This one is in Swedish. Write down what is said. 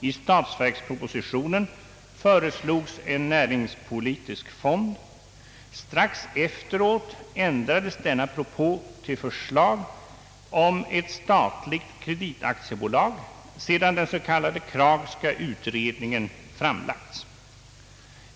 I statsverkspropositionen föreslogs en näringspolitisk fond. Strax efteråt ändrades denna propå till förslag om ett statligt kreditaktiebolag, sedan den s.k. Kraghska utredningen framlagts.